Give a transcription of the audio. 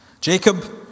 Jacob